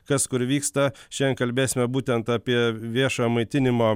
kas kur vyksta šiandien kalbėsime būtent apie viešojo maitinimo